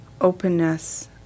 openness